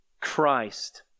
Christ